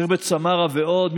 חירבת סמרה ועוד,